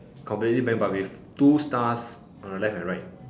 completely blank but with two stars on the left and right